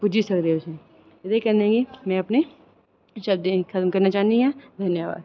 पुज्जी सकदे ओह्दे कन्नै केह् ऐ की में अपने शब्दें गी खत्म करना चाह्नीं आं धन्यबाद